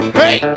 hey